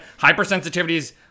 hypersensitivities